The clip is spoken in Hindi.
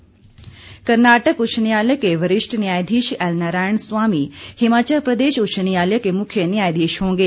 नियुक्ति कर्नाटक उच्च न्यायालय के वरिष्ठ न्यायाधीश एल नारायण स्वामी हिमाचल प्रदेश उच्च न्यायालय के मुख्य न्यायाधीश होंगे